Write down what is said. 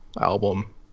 album